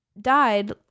died